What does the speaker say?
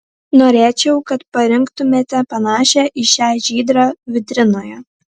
norėčiau kad parinktumėte panašią į šią žydrą vitrinoje